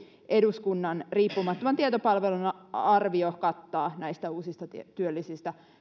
eduskunnan riippumattoman tietopalvelun arvio kattaa näistä uusista työllisistä